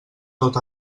tot